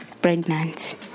pregnant